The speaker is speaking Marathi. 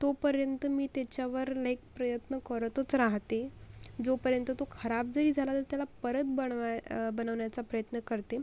तोपर्यंत मी त्याच्यावर लाईक प्रयत्न करतच राहाते जोपर्यंत तो खराब जरी झाला तरी त्याला परत बनवा बनवण्याचा प्रयत्न करते